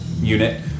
unit